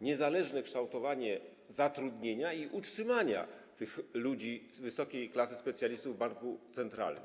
niezależne kształtowanie zatrudnienia i utrzymanie tych ludzi, wysokiej klasy specjalistów, w banku centralnym.